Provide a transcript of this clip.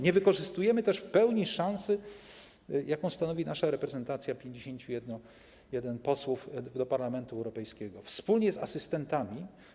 Nie wykorzystujemy też w pełni szansy, jaką daje nasza reprezentacja 51 posłów do Parlamentu Europejskiego, wspólnie z asystentami.